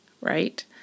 right